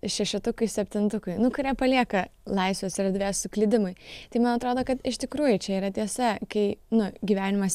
šešetukai septintukai nu kurie palieka laisvės erdvės suklydimui tai man atrodo kad iš tikrųjų čia yra tiesa kai nu gyvenimas